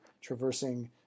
traversing